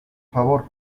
favor